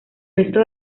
resto